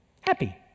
Happy